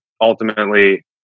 ultimately